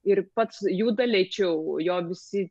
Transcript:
ir pats juda lėčiau jo visi